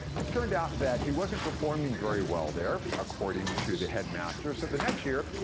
it turned out that he wasn't performing very well there, according to the headmaster, so the next year,